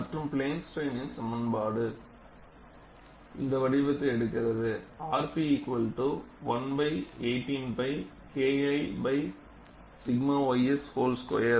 மற்றும் பிளேன் ஸ்ட்ரைனின் சமன்பாடு இந்த வடிவத்தை எடுக்கிறது rp 1 by 18 pi Kl by 𝛔 ys whole square